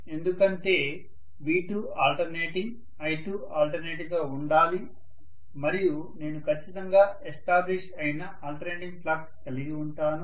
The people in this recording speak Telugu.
ఎందుకంటే V2 ఆల్టర్నేటింగ్ I2 ఆల్టర్నేటింగ్ గా ఉండాలి మరియు నేను ఖచ్చితంగా ఎస్టాబ్లిష్ అయిన ఆల్టర్నేటింగ్ ఫ్లక్స్ కలిగి ఉంటాను